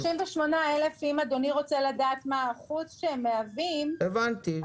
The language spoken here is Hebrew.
38,000 אם אדוני רוצה לדעת מה האחוז שהם מהווים --- הבנתי,